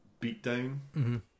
beatdown